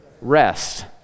rest